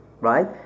right